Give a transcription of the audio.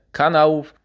kanałów